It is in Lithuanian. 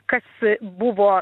kas buvo